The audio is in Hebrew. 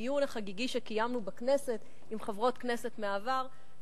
בדיון החגיגי שקיימנו בכנסת עם חברות כנסת מהעבר,